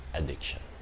addiction